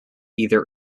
either